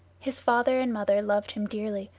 his father and mother loved him dearly,